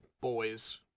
boys